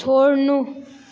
छोड्नु